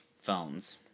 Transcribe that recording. phones